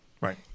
right